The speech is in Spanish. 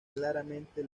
claramente